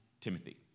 Timothy